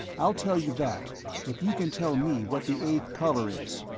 i'll tell you that if you can tell me what the eighth color is.